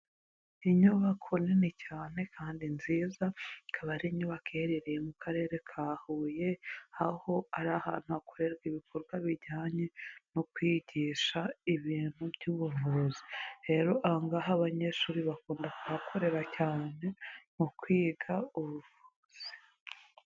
Inyubako nini cyane kandi nziza, ikaba ari inyubako iherereye mu karere ka Huye, aho ari ahantu hakorerwa ibikorwa bijyanye no kwigisha ibintu by'ubuvuzi. Rero aha ngaha abanyeshuri bakunda kuhakorera cyane mu kwiga ubuvuzi.